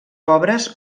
pobres